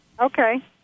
okay